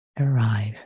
arrive